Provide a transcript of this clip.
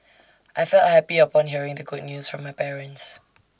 I felt happy upon hearing the good news from my parents